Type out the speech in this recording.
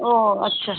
ও আচ্ছা